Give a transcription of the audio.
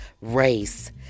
race